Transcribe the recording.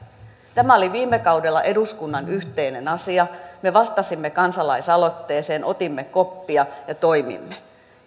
tämä oli viime kaudella eduskunnan yhteinen asia me vastasimme kansalaisaloitteeseen otimme koppia ja toimimme